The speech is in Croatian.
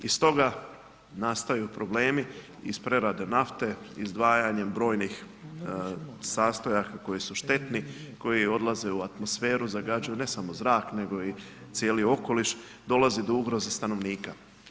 I stoga nastaju problemi iz prerade nafte, izdvajanjem brojnih sastojaka koji su štetni, koji odlaze u atmosferu, zagađuju ne samo zrak nego i cijeli okoliš, dolazi do ugroze stanovnika.